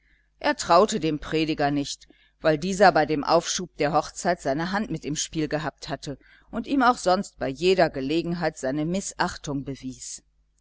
er traute dem prediger nicht weil dieser bei dem aufschub der hochzeit seine hand mit im spiel gehabt hatte und ihm auch sonst bei jeder gelegenheit seine mißachtung bewies